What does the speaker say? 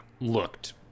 looked